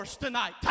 tonight